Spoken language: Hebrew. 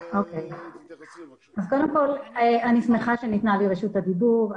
אני שמחה שניתנה לי רשות הדיבור.